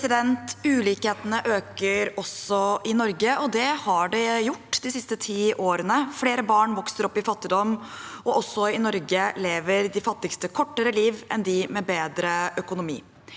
Ulikhe- tene øker også i Norge, og det har de gjort de siste ti årene. Flere barn vokser opp i fattigdom, og også i Norge lever de fattigste et kortere liv enn dem med bedre økonomi.